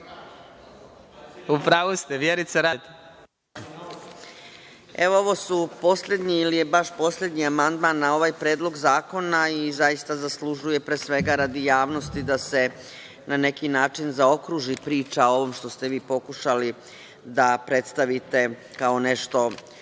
Radeta. **Vjerica Radeta** Evo, ovo su poslednji ili je baš poslednji amandman na ovaj Predlog zakona i zaista zaslužuje, pre svega radi javnosti da se na neki način zaokruži priča o ovom što ste vi pokušali da predstavite kao nešto